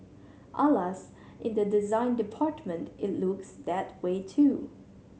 Alas in the design department it looks that way too